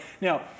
Now